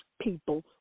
people